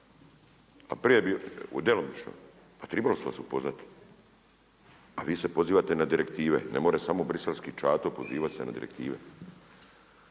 A prije bi, djelomično? Pa trebali su vas upoznati. A vi se pozivate na direktive, ne može samo ćato pozivati se na direktive.